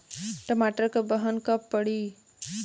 टमाटर क बहन कब पड़ी?